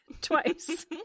twice